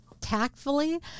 tactfully